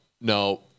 No